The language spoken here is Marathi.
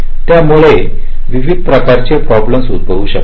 यामुळे विविध प्रकारचे प्रॉब्लेम उद्भिू शकतात